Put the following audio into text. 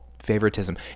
Favoritism